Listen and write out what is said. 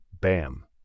bam